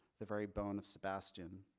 the very bone of sebastian